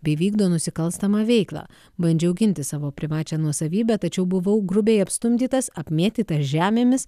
bei vykdo nusikalstamą veiklą bandžiau ginti savo privačią nuosavybę tačiau buvau grubiai apstumdytas apmėtytas žemėmis